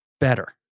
better